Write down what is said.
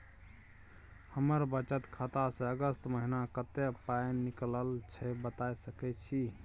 हमर बचत खाता स अगस्त महीना कत्ते पाई निकलल छै बता सके छि?